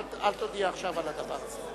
אל תודיע עכשיו על הדבר הזה.